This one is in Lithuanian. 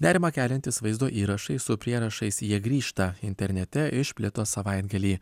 nerimą keliantys vaizdo įrašai su prierašais jie grįžta internete išplito savaitgalį